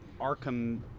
arkham